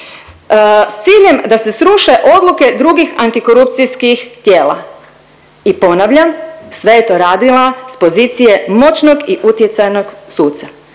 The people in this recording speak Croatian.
s ciljem da se sruše odluke drugih antikorupcijskih tijela. I ponavljam sve je to radila sa pozicije moćnog i utjecajnog suca.